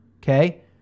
okay